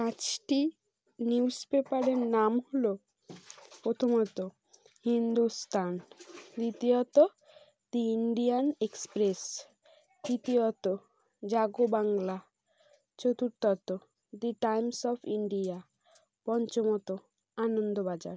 পাঁচটি নিউজ পেপারের নাম হল প্রথমত হিন্দুস্তান দ্বিতীয়ত দি ইন্ডিয়ান এক্সপ্রেস তৃতীয়ত জাগো বাংলা চতুর্থত দি টাইমস অফ ইন্ডিয়া পঞ্চমত আনন্দবাজার